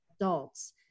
adults